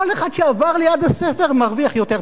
כל אחד שעבר ליד הספר מרוויח יותר.